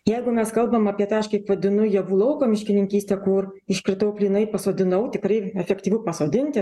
jeigu mes kalbam apie tą aš kaip vadinu javų lauko miškininkystę kur iškritau plynai pasodinau tikrai efektyvu pasodinti